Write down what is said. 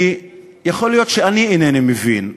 כי יכול להיות שאני אינני מבין,